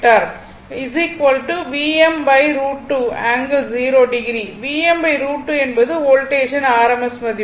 Vm √2 என்பது வோல்டேஜின் rms மதிப்பு